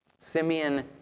Simeon